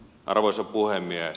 arvoisa puhemies